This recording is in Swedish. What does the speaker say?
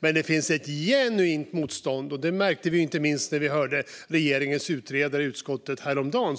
Men det finns ett genuint motstånd. Det märkte vi inte minst när vi hörde regeringens utredare i utskottet häromdagen.